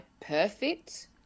perfect